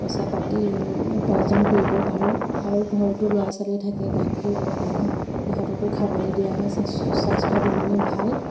পইচা পাতি উপাৰ্জন কৰিব পাৰোঁ আৰু ঘৰতো ল'ৰা ছোৱালী থাকে গাখীৰ পগাই সিহঁতকো খাবলৈ দিয়া হয় স্বাস্থ্যৰ কাৰণে ভাল